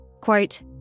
Quote